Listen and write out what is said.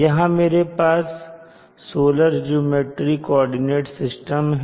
यहां मेरे पास सोलर ज्योमेट्री कॉर्डिनेट सिस्टम है